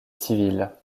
civile